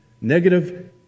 Negative